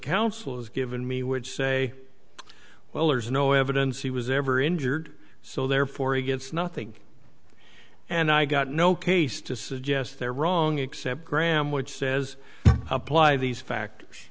counsel has given me which say well there's no evidence he was ever injured so therefore he gets nothing and i got no case to suggest they're wrong except graham which says apply these fact